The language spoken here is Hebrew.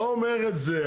לא אומר את זה.